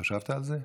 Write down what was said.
חשבת על זה?